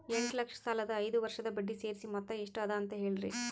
ಎಂಟ ಲಕ್ಷ ಸಾಲದ ಐದು ವರ್ಷದ ಬಡ್ಡಿ ಸೇರಿಸಿ ಮೊತ್ತ ಎಷ್ಟ ಅದ ಅಂತ ಹೇಳರಿ?